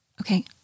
Okay